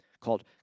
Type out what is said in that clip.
called